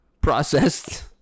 processed